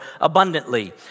abundantly